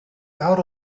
out